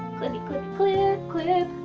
clippy clip, clip clip,